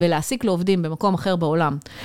ולהסיק לעובדים במקום אחר בעולם.